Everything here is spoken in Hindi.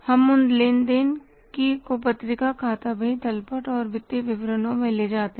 हम उन लेन देन को पत्रिका खाता बही तलपट और वित्तीय विवरणों में ले जाते हैं